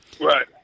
Right